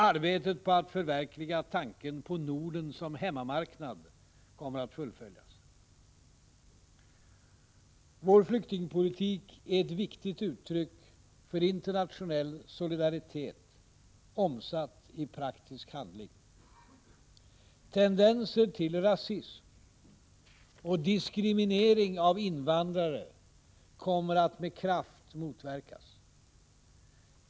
Arbetet på att förverkliga tanken på Norden som hemmamarknad kommer att fullföljas. Vår flyktingpolitik är ett viktigt uttryck för internationell solidaritet omsatt i praktisk handling. Tendenser till rasism och diskriminering av invandrare kommer att med kraft motverkas.